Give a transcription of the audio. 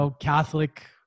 Catholic